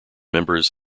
members